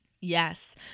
yes